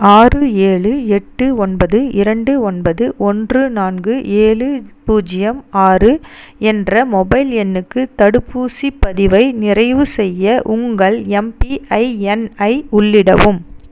ஆறு ஏழு எட்டு ஒன்பது இரண்டு ஒன்பது ஒன்று நான்கு ஏழு பூஜ்ஜியம் ஆறு என்ற மொபைல் எண்ணுக்கு தடுப்பூசிப் பதிவை நிறைவு செய்ய உங்கள் எம்பிஐஎன்ஐ உள்ளிடவும்